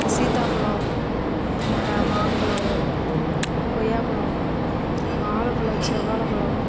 சீத்தாபழம் மாம்பழம் கொய்யாபழம் வாழைப் பழம் செவ்வாழைப் பழம்